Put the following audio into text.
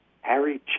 Harry